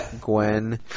Gwen